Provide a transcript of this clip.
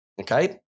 okay